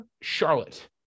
Charlotte